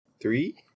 Three